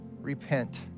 repent